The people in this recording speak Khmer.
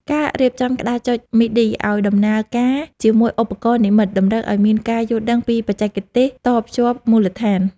ការរៀបចំក្តារចុចមីឌីឱ្យដំណើរការជាមួយឧបករណ៍និម្មិតតម្រូវឱ្យមានការយល់ដឹងពីបច្ចេកទេសតភ្ជាប់មូលដ្ឋាន។